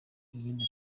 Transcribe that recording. iyindi